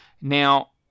Now